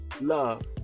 love